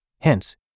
Hence